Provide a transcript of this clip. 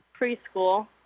preschool